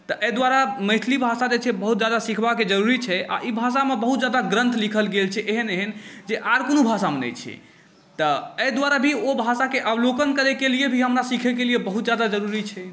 तऽ एहि दुआरे मैथिली भाषा जे छै बहुत ज्यादा सिखबाक जरूरी छै आ ई भाषामे बहुत ज्यादा ग्रन्थ लिखल गेल छै एहन एहन जे आर कोनो भाषामे नहि छै तऽ एहि दुआरे भी ओ भाषाके अवलोकन करैके लेल भी हमरा सीखैके लेल बहुत ज्यादा जरूरी छै